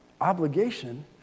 obligation